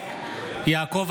די.